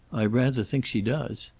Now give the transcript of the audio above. i rather think she does.